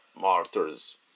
martyrs